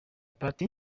party